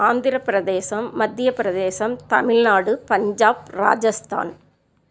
Andhra Pradesh Madhya Pradesh Tamil Nadu Punjab Rajasthan